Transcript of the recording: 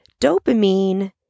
Dopamine